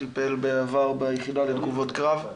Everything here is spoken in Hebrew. טיפל בעבר ביחידה לתגובות קרב.